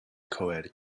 coed